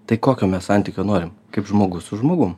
tai kokio mes santykio norim kaip žmogus su žmogum